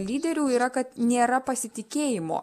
lyderių yra kad nėra pasitikėjimo